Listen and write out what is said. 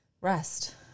rest